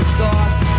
sauce